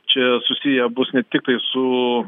čia susiję bus ne tiktai su